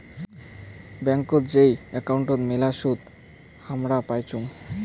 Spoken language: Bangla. ব্যাংকোত যেই একাউন্ট মেলা সুদ হামরা পাইচুঙ